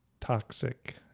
toxic